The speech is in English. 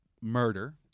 murder—